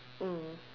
mm